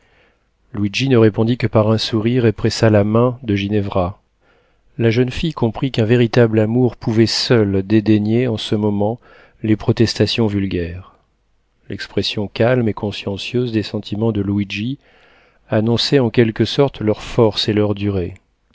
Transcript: luigi ne répondit que par un sourire et pressa la main de ginevra la jeune fille comprit qu'un véritable amour pouvait seul dédaigner en ce moment les protestations vulgaires l'expression calme et consciencieuse des sentiments de luigi annonçait en quelque sorte leur force et leur durée